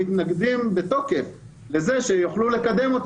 מתנגדים בתוקף לזה שיוכלו לקדם אותו.